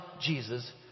Jesus